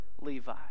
Levi